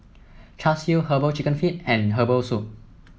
Char Siu herbal chicken feet and Herbal Soup